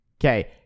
Okay